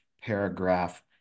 paragraph